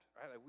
Right